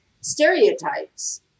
stereotypes